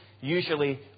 usually